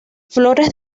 flores